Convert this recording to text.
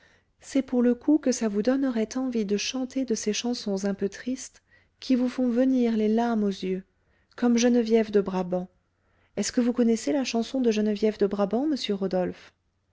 c'est pour le coup que ça vous donnerait envie de chanter de ces chansons un peu tristes qui vous font venir les larmes aux yeux comme geneviève de brabant est-ce que vous connaissez la chanson de geneviève de brabant monsieur rodolphe